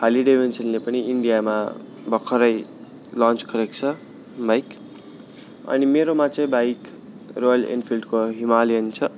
Harley डेभिड्सनले पनि इन्डियामा भर्खरै लन्च गरेको छ बाइक अनि मेरोमा चाहिँ बाइक रोयल इनफिल्डको हिमालयन छ